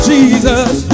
Jesus